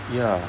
ya